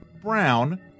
brown